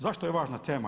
Zašto je važna tema?